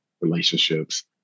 relationships